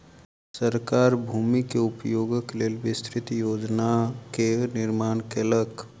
सरकार भूमि के उपयोगक लेल विस्तृत योजना के निर्माण केलक